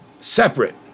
separate